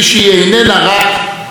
דמוקרטיה היא גם מהות,